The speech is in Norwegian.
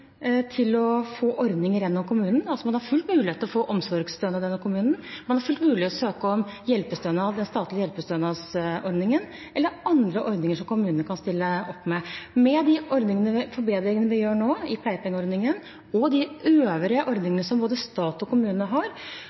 til å få ordninger gjennom kommunen. Man har full mulighet til å få omsorgsstønad gjennom kommunen, man har full mulighet til å søke om hjelpestønad – den statlige hjelpestønadsordningen eller andre ordninger, som kommunene kan stille opp med. De forbedringene vi nå gjør i pleiepengeordningen og i de øvrige ordningene som både stat og kommune har,